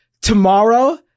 tomorrow